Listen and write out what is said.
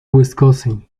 wisconsin